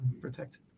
protect